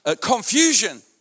confusion